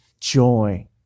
joy